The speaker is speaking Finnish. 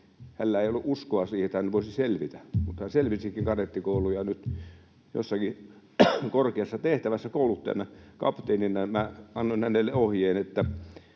Hänellä ei ollut uskoa siihen, että hän voisi selvitä, mutta hän selvisikin kadettikoulun ja on nyt jossakin korkeassa tehtävässä kouluttajana, kapteenina. Minä annoin hänelle ohjeen, että